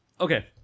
okay